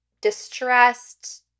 distressed